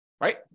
right